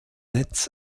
netz